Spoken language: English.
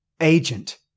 Agent